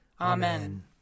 Amen